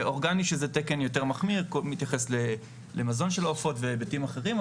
אורגני שזה תקן יותר מחמיר מתייחס למזון של עופות בהיבטים אחרים,